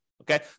Okay